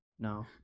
No